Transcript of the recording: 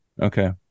okay